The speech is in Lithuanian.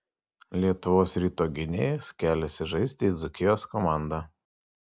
lietuvos ryto gynėjas keliasi žaisti į dzūkijos komandą